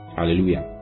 Hallelujah